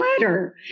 letter